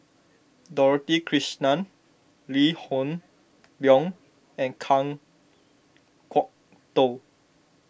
Dorothy Krishnan Lee Hoon Leong and Kan Kwok Toh